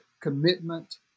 commitment